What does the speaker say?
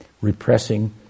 repressing